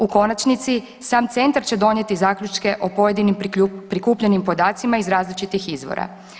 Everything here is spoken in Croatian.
U konačnici, sam centar će donijeti zaključke o pojedinim prikupljenim podacima iz različitih izvora.